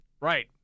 Right